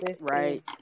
right